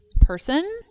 person